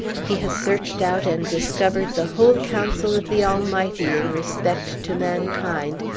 he has searched out and discovered the whole counsel of the almighty in respect to mankind,